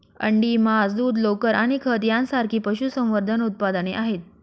अंडी, मांस, दूध, लोकर आणि खत यांसारखी पशुसंवर्धन उत्पादने आहेत